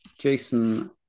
Jason